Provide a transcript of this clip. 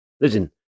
listen